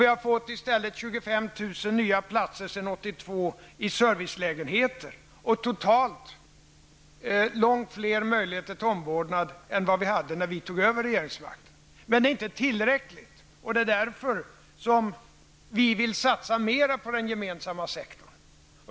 Vi har i stället fått 25 000 platser sedan 1982 i servicelägenheter och långt fler möjligheter till omvårdnad än vad vi hade när vi tog över regeringsmakten. Men det är inte tillräckligt. Därför vill vi satsa mer på gemensamma sektorn.